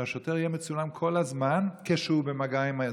שהשוטר יהיה מצולם כל הזמן כשהוא במגע עם האזרח.